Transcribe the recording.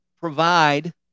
provide